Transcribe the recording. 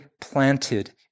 planted